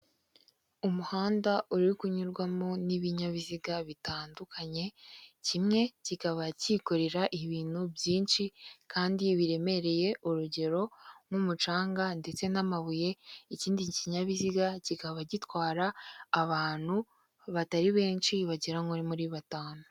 Umuhanda uririmo kunyurwamo n'ibinyabiziga bitandukanye kimwe kikaba cyikorera ibintu byinshi kandi biremereye urugero nk'umucanga ndetse n'amabuye ikindi kinyabiziga kikaba gitwara abantu batari benshi bagera muri muri batanu.